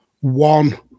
one